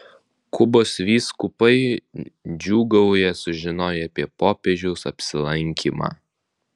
kubos vyskupai džiūgauja sužinoję apie popiežiaus apsilankymą